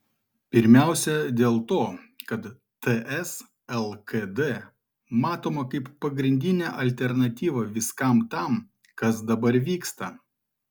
pirmiausia dėl to kad ts lkd matoma kaip pagrindinė alternatyva viskam tam kas dabar vyksta